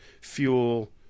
fuel